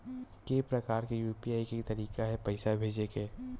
के प्रकार के यू.पी.आई के तरीका हे पईसा भेजे के?